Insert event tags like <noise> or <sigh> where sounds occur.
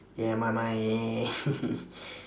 yeah my mind <laughs>